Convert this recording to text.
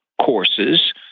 courses